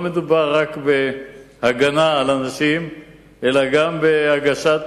לא מדובר רק בהגנה על אנשים אלא גם בהגשת